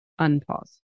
Unpause